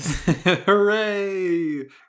Hooray